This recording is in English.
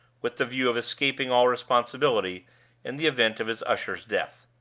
with the view of escaping all responsibility in the event of his usher's death.